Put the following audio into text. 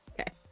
Okay